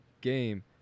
game